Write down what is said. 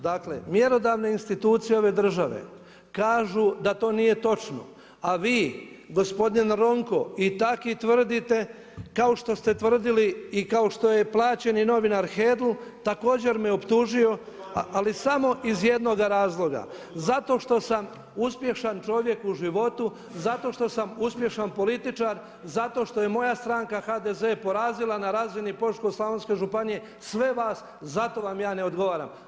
Dakle mjerodavne institucije ove države kažu da to nije točno, a vi gospodin Ronko i taki tvrdite kao što ste tvrdili i kao što je plaćeni novinar Hedl također me optužio ali samo iz jednoga razloga, zato što sam uspješan čovjek u životu, zato što sam uspješan političar, zato što je moja stranke HDZ porazila na razini Požeško-slavonske županije sve vas zato vam ja ne odgovaram.